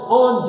on